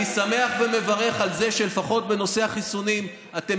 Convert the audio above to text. אני שמח ומברך על זה שלפחות בנושא החיסונים אתם